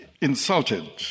insulted